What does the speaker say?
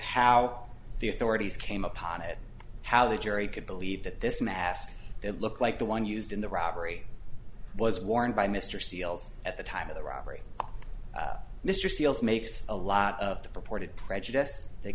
how the authorities came upon it how the jury could believe that this mask that looked like the one used in the robbery was worn by mr seals at the time of the robbery mr seales makes a lot of the purported prejudice that